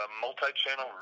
multi-channel